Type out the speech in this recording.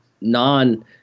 non